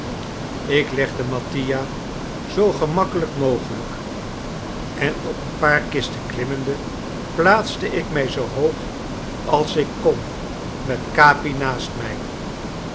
ik legde mattia zoo gemakkelijk mogelijk en op een paar kisten klimmende plaatste ik mij zoo hoog als ik kon met capi naast mij